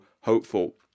hopeful